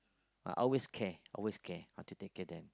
I always care always care I have to take care of them